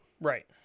right